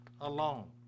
alone